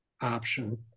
option